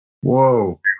whoa